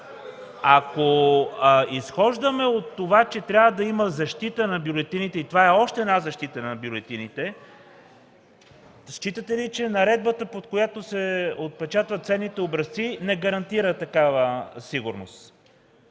Ако изхождаме от това, че трябва да има защита на бюлетините и това е още една защита на бюлетините, считате ли, че наредбата, под която се отпечатват ценните образци, не гарантира такава сигурност?